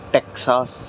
Texas